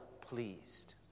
pleased